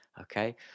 okay